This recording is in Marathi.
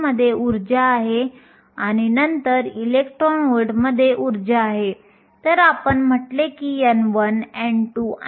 33 x 10 8 मीटर किंवा अंदाजे 23 नॅनोमीटर आहे